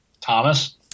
Thomas